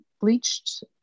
bleached